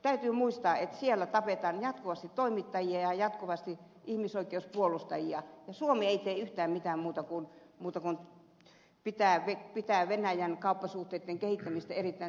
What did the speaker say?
täytyy muistaa että siellä tapetaan jatkuvasti toimittajia ja ihmisoikeuspuolustajia ja suomi ei tee yhtään mitään muuta kuin pitää venäjän kauppasuhteitten kehittämistä erittäin tärkeänä